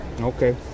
Okay